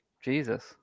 Jesus